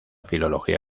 filología